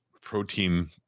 protein